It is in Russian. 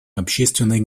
общественной